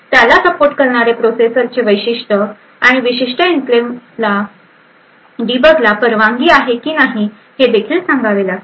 त्याला सपोर्ट करणारे प्रोसेसरचे वैशिष्ट्ये आणि विशिष्ट एन्क्लेव मध्ये डीबगला परवानगी आहे किंवा नाही हे देखील सांगावे लागते